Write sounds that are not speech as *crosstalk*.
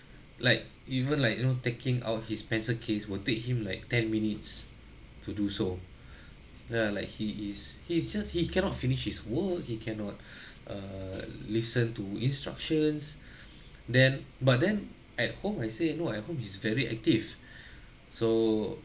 like even like you know taking out his pencil case will take him like ten minutes to do so *breath* ya like he is he's just he cannot finish his work he cannot *breath* err listen to instructions then but then at home I say no at home he's very active *breath* so